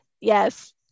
yes